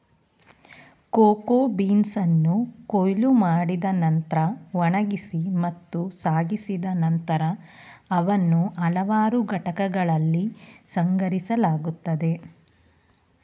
cocoa ಬೀನ್ಸನ್ನು ಕೊಯ್ಲು ಮಾಡಿದ ನಂತ್ರ ಒಣಗಿಸಿ ಮತ್ತು ಸಾಗಿಸಿದ ನಂತರ ಅವನ್ನು ಹಲವಾರು ಘಟಕಗಳಲ್ಲಿ ಸಂಸ್ಕರಿಸಲಾಗುತ್ತದೆ